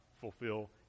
fulfill